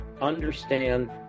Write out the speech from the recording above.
understand